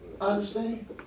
understand